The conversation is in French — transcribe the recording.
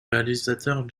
réalisateur